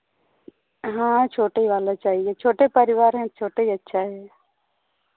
हाँ छोटे वाला चाहिए छोटे परिवार हैं छोटे ही अच्छा है